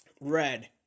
red